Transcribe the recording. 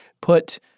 put